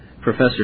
Professor